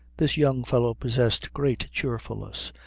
this young fellow possessed great cheerfulness,